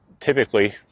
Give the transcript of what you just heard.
typically